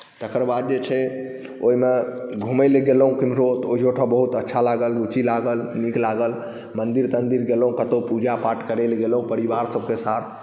तकर बाद जे छै ओहिमे घूमय लेल गेलहुँ किम्हरो तऽ ओहोठाम बहुत अच्छा लागल रुचि लागल नीक लागल मन्दिर तन्दिर गेलहुँ कतहु पूजापाठ करय लेल गेलहुँ परिवारसभके साथ